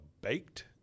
baked